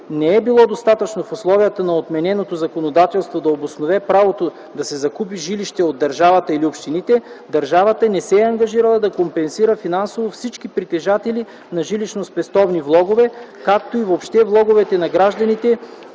не е било достатъчно в условията на отмененото законодателство да обоснове правото да се закупи жилище от държавата или общините, държавата не се е ангажирала да компенсира финансово всички притежатели на жилищно-спестовни влогове, както и въобще влоговете на гражданите,